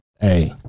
hey